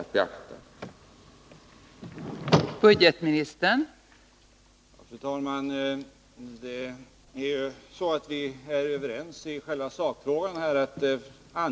att effektivisera mervärdebeskattningen